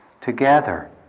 together